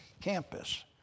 campus